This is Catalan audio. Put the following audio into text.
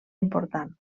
important